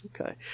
Okay